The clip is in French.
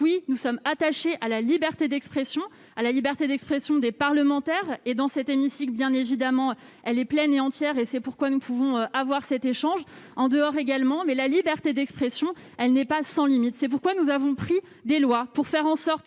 Oui, nous sommes attachés à la liberté d'expression, à la liberté d'expression des parlementaires, et, dans cet hémicycle, bien évidemment, elle est pleine et entière. C'est pourquoi nous pouvons y avoir cet échange, comme en dehors de celui-ci. Mais la liberté d'expression n'est pas sans limite. C'est pourquoi nous avons fait adopter des lois pour faire en sorte,